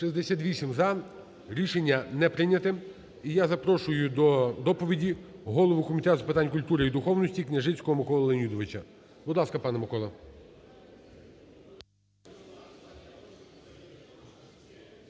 За-68 Рішення не прийняте. І я запрошую до доповіді голову Комітету з питань культури і духовності Княжицького Миколу Леонідович. Будь ласка, пане Миколо.